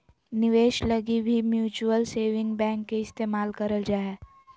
निवेश लगी भी म्युचुअल सेविंग बैंक के इस्तेमाल करल जा हय